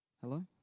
hello